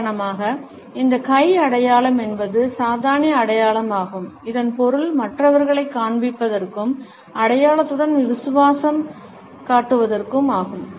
உதாரணமாக இந்த கை அடையாளம் என்பது சாத்தானிய அடையாளமாகும் இதன் பொருள் மற்றவர்களைக் காண்பிப்பதற்கும் அடையாளத்துடன் விசுவாசம் காட்டுவதற்கும் ஆகும்